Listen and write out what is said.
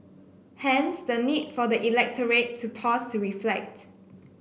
hence the need for the electorate to pause to reflect